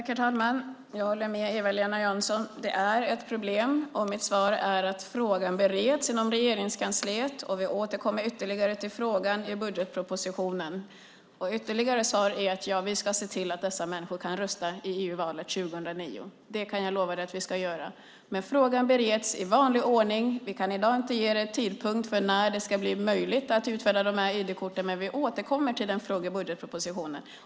Herr talman! Jag håller med Eva-Lena Jansson om att det är ett problem. Mitt svar är att frågan bereds inom Regeringskansliet. Vi återkommer till frågan i budgetpropositionen. Vi ska se till att dessa människor kan rösta i EU-valet 2009; det kan jag lova dig. Frågan bereds i vanlig ordning. Vi kan i dag inte ge en tidpunkt för när det ska bli möjligt att utfärda ID-korten, men vi återkommer till frågan i budgetpropositionen.